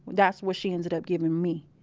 that's what she ended up giving me